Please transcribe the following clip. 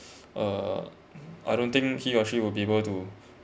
uh I don't think he or she will be able to